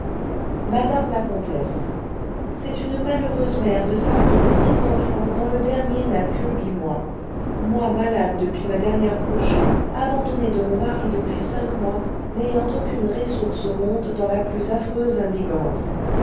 madame la comtesse c'est une malheureuse meré de famille de six enfants dont le dernier n'a que huit mois moi malade depuis ma dernière couche abandonnée de mon mari depuis cinq mois n'aiyant aucune réssource au monde dans la plus affreuse indigance